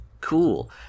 Cool